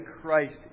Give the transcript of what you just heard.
Christ